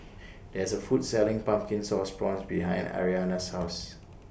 There IS A Food Selling Pumpkin Sauce Prawns behind Ariana's House